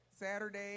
Saturday